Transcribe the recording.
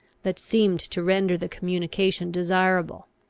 that seemed to render the communication desirable.